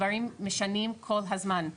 דברים משתנים כל הזמן,